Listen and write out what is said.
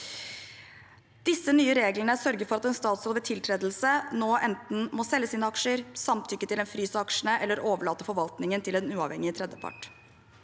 Disse nye reglene sørger for at en statsråd ved tiltredelse nå enten må selge sine aksjer, samtykke til en frys av aksjene eller overlate forvaltningen til en uavhengig tredjepart.